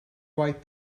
write